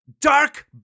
dark